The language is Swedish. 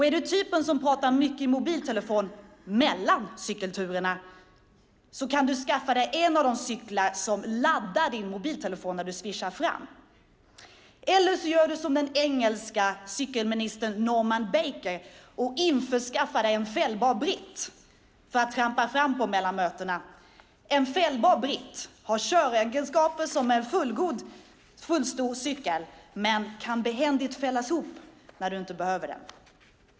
Är du typen som pratar mycket i mobiltelefon mellan cykelturerna kan du skaffa dig en sådan cykel som laddar din mobiltelefon när du svischar fram. Eller också gör du som den engelske cykelministern Norman Baker och införskaffar en fällbar britt att trampa fram på mellan mötena. En fällbar britt har köregenskaper som en fullstor cykel men kan behändigt fällas ihop när du inte behöver den.